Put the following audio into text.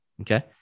Okay